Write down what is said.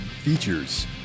features